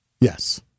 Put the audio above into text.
Yes